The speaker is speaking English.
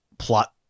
plot